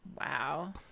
Wow